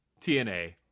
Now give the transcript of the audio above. TNA